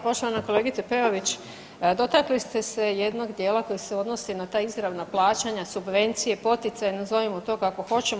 Poštovana kolegice Peović dotakli ste se jednog dijela koji se odnosi na ta izravna plaćanja, subvencije, poticaje, nazovimo to kako hoćemo.